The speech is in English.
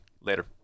Later